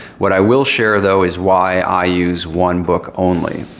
what i will share though is why i use one book only.